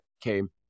came